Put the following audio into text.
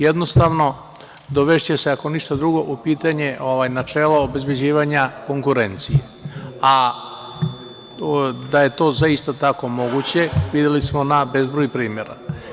Jednostavno dovešće se, ako ništa drugo u pitanje načelo obezbeđivanja konkurencije, da je to zaista tako moguće videli smo na bezbroj primera.